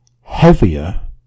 heavier